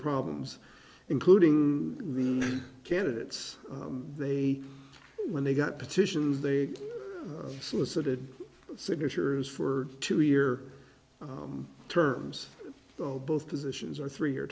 problems including the candidates they when they got petitions they solicited signatures for two year terms so both positions are three year